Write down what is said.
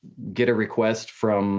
get a request from